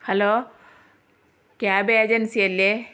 hello cab agency അല്ലേ